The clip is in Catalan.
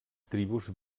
tribus